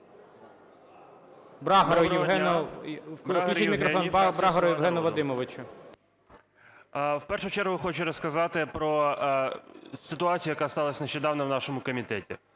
В першу чергу хочу розказати про ситуацію, яка сталась нещодавно в нашому комітеті.